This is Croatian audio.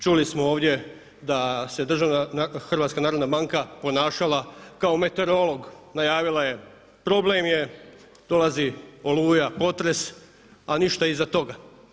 Čuli smo ovdje da se HNB ponašala kao meteorolog, najavila je problem, dolazi oluja, potres a ništa iza toga.